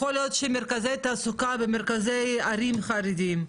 יכול להיות שמרכזי תעסוקה במרכזי ערים חרדיות.